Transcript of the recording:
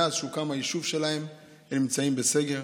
מאז הוקם היישוב שלהם הם נמצאים בסגר.